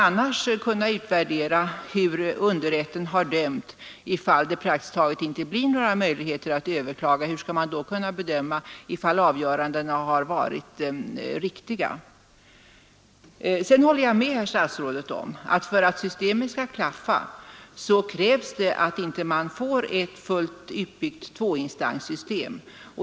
Ifall det praktiskt taget inte blir några möjligheter att överklaga, hur skall man då kunna bedöma om avgörandena i underrätten har varit riktiga? Sedan håller jag med herr statsrådet om att för att systemet skall klaffa så krävs det att man inte får ett fullt utbyggt tvåinstanssystem.